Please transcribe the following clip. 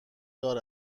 دار